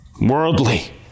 Worldly